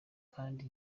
kandi